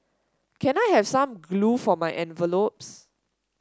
can I have some glue for my envelopes